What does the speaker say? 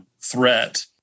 threat